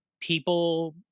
people